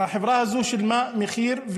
החברה הזו שילמה מחיר,